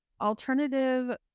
alternative